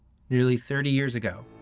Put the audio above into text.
nearly thirty years ago.